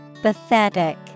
Pathetic